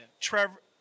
Trevor